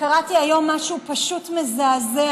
קראתי היום משהו פשוט מזעזע,